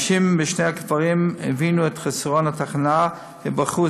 נשים משני הכפרים הבינו את חסרון התחנה ובחרו